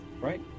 right